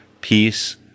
peace